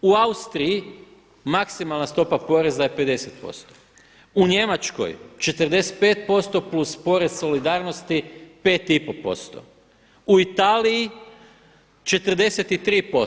U Austriji maksimalna stopa poreza je 50%, u Njemačkoj 45% plus porez solidarnosti, 5,5%, u Italiji 43%